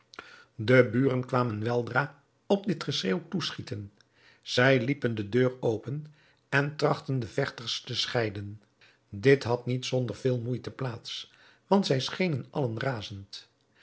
de buren kwamen weldra op dit geschreeuw toeschieten zij liepen de deur open en trachtten de vechters te scheiden dit had niet zonder veel moeite plaats want zij schenen allen razend